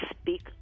speak